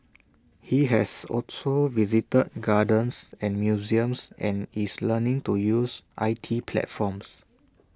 he has also visited gardens and museums and is learning to use I T platforms